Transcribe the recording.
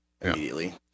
immediately